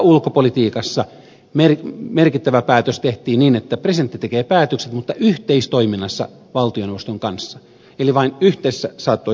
ulkopolitiikassa merkittävä päätös tehtiin niin että presidentti tekee päätökset mutta yhteistoiminnassa valtioneuvoston kanssa eli vain yhdessä saattoi syntyä päätöksiä